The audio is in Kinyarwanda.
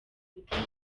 guteza